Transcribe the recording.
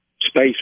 space